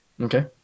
Okay